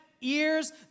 ears